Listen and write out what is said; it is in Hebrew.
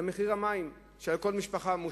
למחיר המים שמושת על כל משפחה.